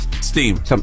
STEAM